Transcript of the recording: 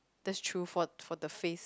that's true for for the face